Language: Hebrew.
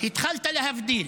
התחלת להבדיל.